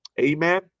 Amen